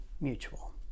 mutual